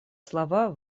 слова